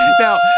Now